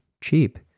cheap